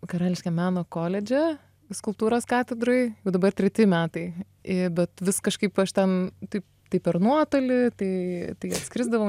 karališkam meno koledže skulptūros katedroj jau dabar treti metai i bet vis kažkaip aš ten taip tai per nuotolį tai skrisdavau